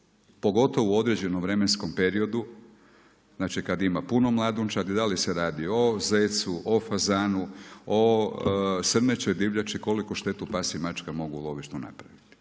pogotovo u određenom vremenskom periodu, znači kad ima puno mladunčadi da li se radi o zecu, o fazanu, o srnećoj divljači koliku štetu pas i mačka mogu u lovištu napraviti.